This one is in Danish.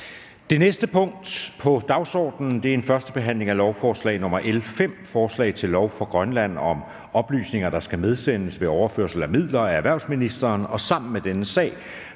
Det næste punkt på dagsordenen er: 8) 1. behandling af lovforslag nr. L 5: Forslag til lov for Grønland om oplysninger, der skal medsendes ved overførsel af midler. Af erhvervsministeren (Morten Bødskov).